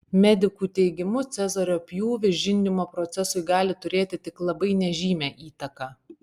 medikų teigimu cezario pjūvis žindymo procesui gali turėti tik labai nežymią įtaką